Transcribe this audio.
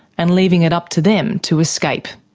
and leaving it up to them to escape.